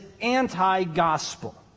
anti-gospel